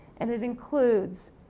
and, it includes,